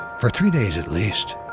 for three days at least,